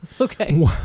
Okay